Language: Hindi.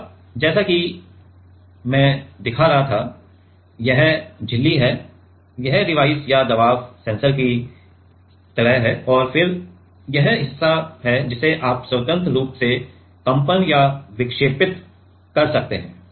अब जैसा कि मैं दिखा रहा था यह झिल्ली है यह डिवाइस या दबाव सेंसर की तरह है और फिर यह हिस्सा है जिसे आप स्वतंत्र रूप से कंपन या विक्षेपित कर सकते हैं